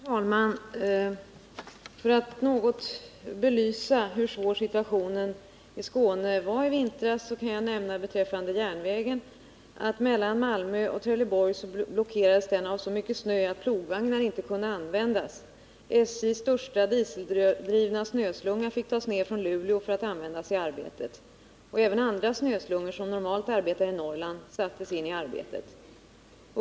Herr talman! För att något belysa hur svår situationen i Skåne var i vintras kan jag nämna att järnvägen mellan Malmö och Trelleborg blockerades av så mycket snö att plogvagnar inte kunde användas. SJ:s största dieseldrivna snöslunga fick tas ner från Luleå för att användas i arbetet. Även andra snöslungor som normalt arbetar i Norrland sattes in.